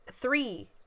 three